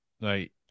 Right